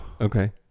Okay